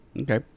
Okay